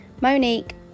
monique